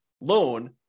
loan